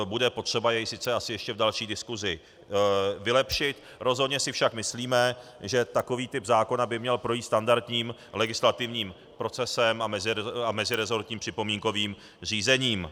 Bude potřeba jej sice asi ještě v další diskusi vylepšit, rozhodně si však myslíme, že takový typ zákona by měl projít standardním legislativním procesem a mezirezortním připomínkovým řízením.